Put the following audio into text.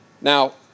Now